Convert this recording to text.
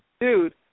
Dude